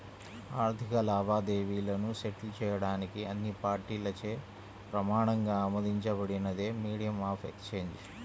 ఆర్థిక లావాదేవీలను సెటిల్ చేయడానికి అన్ని పార్టీలచే ప్రమాణంగా ఆమోదించబడినదే మీడియం ఆఫ్ ఎక్సేంజ్